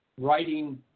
writing